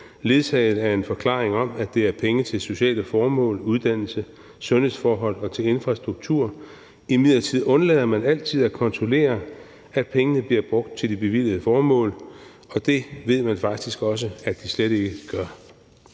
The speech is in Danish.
ledsaget af en forklaring om, at det er penge til sociale formål, uddannelse, sundhedsforhold og infrastruktur. Imidlertid undlader man altid at kontrollere, at pengene bliver brugt til de bevilgede formål. Det ved man faktisk også at de slet ikke gør.